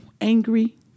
Angry